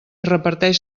reparteix